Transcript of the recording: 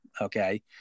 Okay